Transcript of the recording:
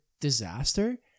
disaster